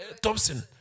Thompson